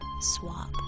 swap